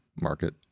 market